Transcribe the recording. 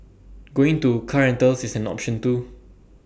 going to car rentals is an option too